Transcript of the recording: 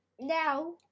now